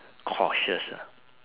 cautious ah